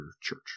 church